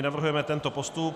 Navrhujeme tento postup: